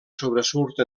sobresurt